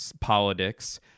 politics